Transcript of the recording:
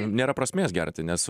nėra prasmės gerti nes